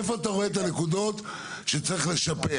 איפה אתה רואה את הנקודות שצריך לשפר?